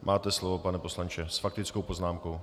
Máte slovo, pane poslanče, s faktickou poznámkou.